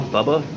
Bubba